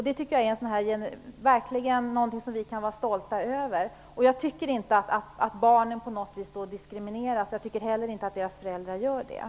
Det här är något som vi verkligen kan vara stolta över. Jag tycker inte att barnen på något vis diskrimineras eller att deras föräldrar diskrimineras.